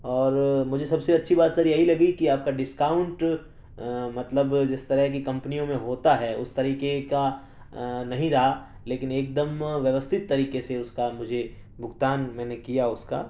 اور مجھے سب سے اچھی بات سر یہی لگی کہ آپ کا ڈسکاؤنٹ مطلب جس طرح کی کمپنیوں میں ہوتا ہے اس طریقے کا نہیں رہا لیکن ایک دم ویوستھت طریقے سے اس کا مجھے بھکتان میں نے کیا اس کا